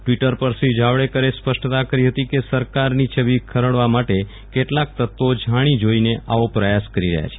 Twitter પર શ્રી જાવડેકરે સ્પષ્ટતા કરી હતી કે સરકારની છબી ખરડવા માટે કેટલાક તત્વો જાણી જોઈને આવો પ્રયાસ કરી રહ્યા છે